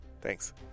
thanks